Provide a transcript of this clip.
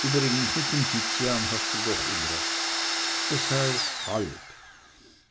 übrigens mit dem tizian hast du doch unrecht das heißt halb